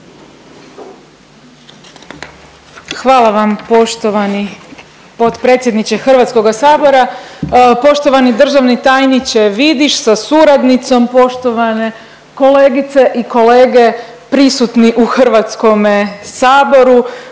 Hvala vam poštovani potpredsjedniče HS. Poštovani državni tajniče Vidiš sa suradnicom, poštovane kolegice i kolege prisutni u HS, evo ja